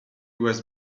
was